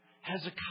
Hezekiah